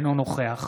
אינו נוכח